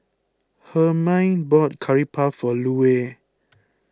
Hermine bought Curry Puff for Lue